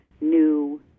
new